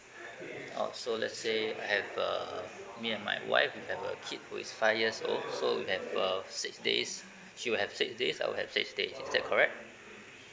oh so let's say I have a me and my wife we have a kid who is five years old so we have about six days she will have six days I will have six days is that correct